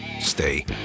stay